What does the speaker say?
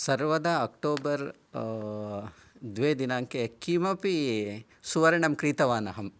सर्वदा अक्टोबर् द्वे दिनाङ्के किमपि सुवर्णं क्रीतवान् अहं